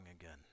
again